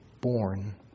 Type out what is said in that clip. born